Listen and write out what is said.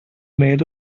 made